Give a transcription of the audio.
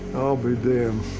i'll be damned.